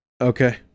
okay